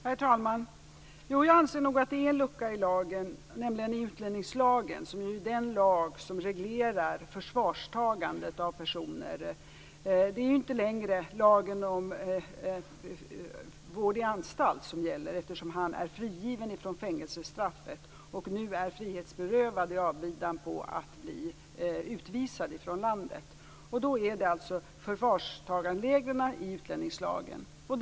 Herr talman! Jag anser nog att det är en lucka i lagen, nämligen i utlänningslagen. Det är ju den lag som reglerar förvarstagandet av personer. Det är inte längre lagen om vård i anstalt som gäller, eftersom han är frigiven från fängelsestraffet och nu är frihetsberövad i avvaktan på att bli utvisad från landet. Då är det alltså förvarstagandereglerna i utlänningslagen som gäller.